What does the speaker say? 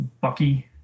Bucky